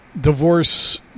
divorce